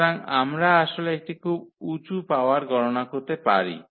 সুতরাং আমরা আসলে একটি খুব উচু পাওয়ার গণনা করতে পারি